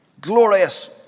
Glorious